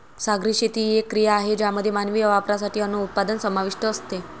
सागरी शेती ही एक क्रिया आहे ज्यामध्ये मानवी वापरासाठी अन्न उत्पादन समाविष्ट असते